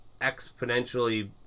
exponentially